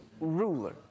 ruler